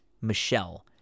Michelle